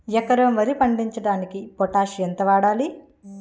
ఎకరం వరి పండించటానికి పొటాష్ ఎంత వాడాలి?